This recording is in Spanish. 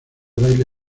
baile